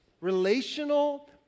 relational